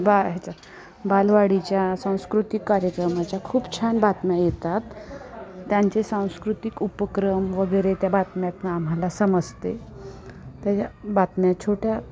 बा ह्याच्या बालवाडीच्या सांस्कृतिक कार्यक्रमाच्या खूप छान बातम्या येतात त्यांचे सांस्कृतिक उपक्रम वगैरे त्या बातम्यातून आम्हाला समजते त्याच्या बातम्या छोट्या